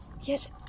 Yet